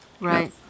right